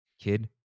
kid